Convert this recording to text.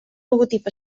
logotip